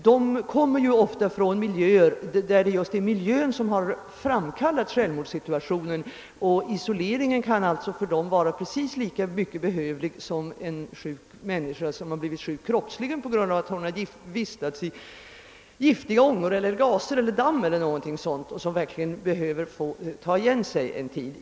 De kommer ofta från förhållanden där det just är miljön som har framkallat självmordssituationen, och isoleringen kan alltså för dem vara precis lika behövlig som för en människa som blivit kroppsligt sjuk på grund av att hon har vistats i giftiga ångor eller gaser eller damm och verkligen behöver få ta igen sig en tid.